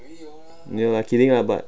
没有啦 kidding lah but